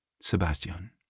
Sebastian